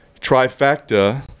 Trifecta